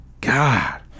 god